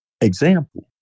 example